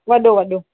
वॾो वॾो